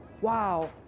Wow